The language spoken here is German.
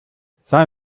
sei